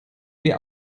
wir